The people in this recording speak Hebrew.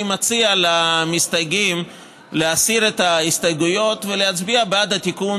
אני מציע למסתייגים להסיר את ההסתייגויות ולהצביע בעד התיקון,